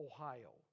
Ohio